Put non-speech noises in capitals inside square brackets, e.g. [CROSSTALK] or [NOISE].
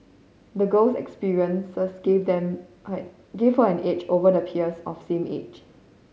the girl's experiences gave them [UNINTELLIGIBLE] gave her an edge over the peers of same age